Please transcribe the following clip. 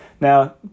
Now